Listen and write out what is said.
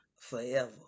forever